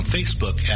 Facebook